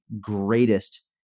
greatest